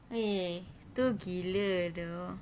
wei tu gila dah